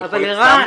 אז אני מציע --- ערן,